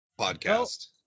podcast